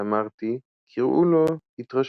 ואמרתי קראו לו 'התרשמות'.